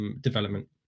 development